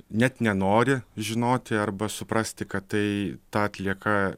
net nenori žinoti arba suprasti kad tai ta atlieka